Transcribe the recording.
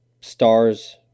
stars –